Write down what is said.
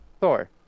Thor